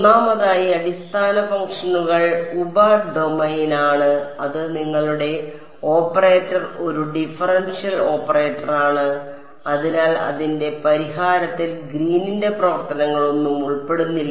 ഒന്നാമതായി അടിസ്ഥാന ഫംഗ്ഷനുകൾ ഉപ ഡൊമെയ്നാണ് അത് നിങ്ങളുടെ ഓപ്പറേറ്റർ ഒരു ഡിഫറൻഷ്യൽ ഓപ്പറേറ്ററാണ് അതിനാൽ അതിന്റെ പരിഹാരത്തിൽ ഗ്രീനിന്റെ പ്രവർത്തനങ്ങളൊന്നും ഉൾപ്പെടുന്നില്ല